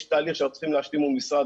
יש תהליך שאנחנו צריכים להשלים מול משרד